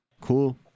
Cool